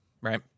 right